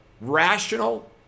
rational